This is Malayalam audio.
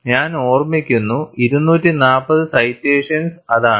ഞാൻ ഓർമിക്കുന്ന 240 സൈറ്റേഷൻസ് അതാണ്